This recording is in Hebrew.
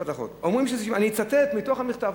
אני אצטט מתוך המכתב.